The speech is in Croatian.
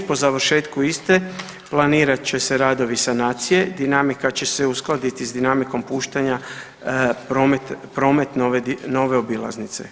Po završetku iste planirat će se radovi sanacije, dinamika će se uskladiti sa dinamikom puštanja prometno nove obilaznice.